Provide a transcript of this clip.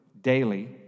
daily